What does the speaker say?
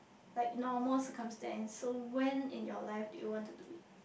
like normal circumstance so when in your life do you want to do it